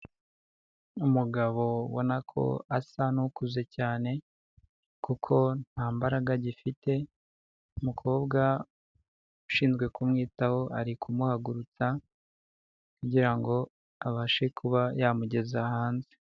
Umugabo ubona ko asa n'ukuze cyane kuko nta mbaraga agifite, umukobwa ushinzwe kumwitaho ari kumuhagurutsa kugira ngo abashe kuba yamugeza hanze.